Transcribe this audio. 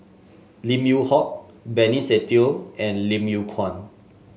Lim Yew Hock Benny Se Teo and Lim Yew Kuan